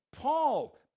Paul